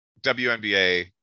WNBA